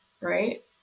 right